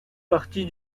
partie